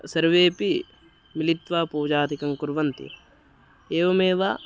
सर्वेपि मिलित्वा पूजादिकं कुर्वन्ति एवमेव